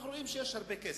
אנחנו רואים שיש הרבה כסף.